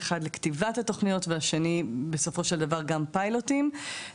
אחד לכתיבת תוכניות והשני בסופו של דבר גם פיילוטים,